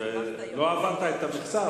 לא עברת את המכסה,